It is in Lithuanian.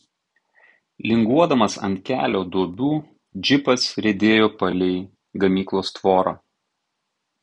linguodamas ant kelio duobių džipas riedėjo palei gamyklos tvorą